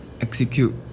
Execute